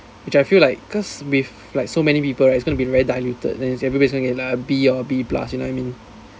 which I feel like cause with like so many people right it's gonna be very diluted then it's everybody's gonna get a B or B plus you know what I mean